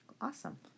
Awesome